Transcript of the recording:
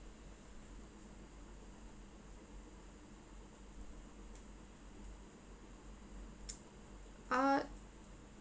ah